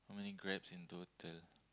how manay Grabs in total